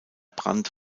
brandt